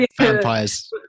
Vampires